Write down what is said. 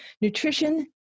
nutrition